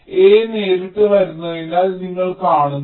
അതിനാൽ a നേരിട്ട് വരുന്നതിനാൽ നിങ്ങൾ കാണുന്നു